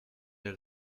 der